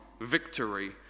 victory